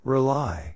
Rely